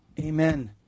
Amen